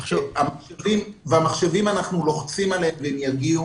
אנחנו לוחצים שהמחשבים יגיעו.